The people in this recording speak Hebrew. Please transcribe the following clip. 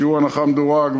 שיעור הנחה מדורג,